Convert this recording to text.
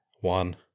one